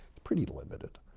pretty limited.